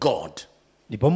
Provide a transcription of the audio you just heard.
God